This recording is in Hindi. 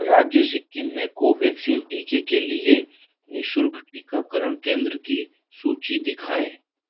राज्य सिक्किम में कोवैक्सीन टीके के लिए निशुल्क टीकाकरण केंद्र की सूची दिखाएँ